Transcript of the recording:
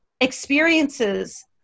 experiences